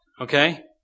Okay